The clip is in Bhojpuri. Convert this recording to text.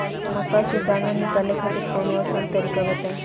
मक्का से दाना निकाले खातिर कवनो आसान तकनीक बताईं?